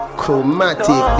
chromatic